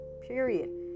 period